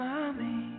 Mommy